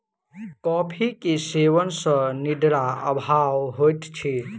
coffee के सेवन सॅ निद्रा अभाव होइत अछि